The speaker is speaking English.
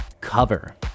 Cover